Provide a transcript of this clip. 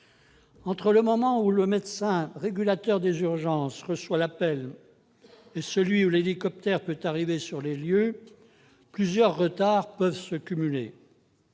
Entre le moment où le médecin régulateur des urgences reçoit l'appel et celui où l'hélicoptère peut arriver sur les lieux, plusieurs retards peuvent se cumuler.